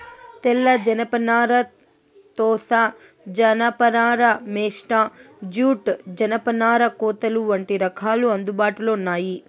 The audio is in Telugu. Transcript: తెల్ల జనపనార, టోసా జానప నార, మేస్టా జూట్, జనపనార కోతలు వంటి రకాలు అందుబాటులో ఉన్నాయి